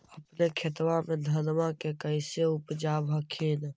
अपने खेतबा मे धन्मा के कैसे उपजाब हखिन?